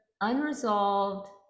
unresolved